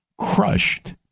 Crushed